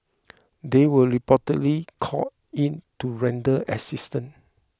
they were reportedly called in to render assistance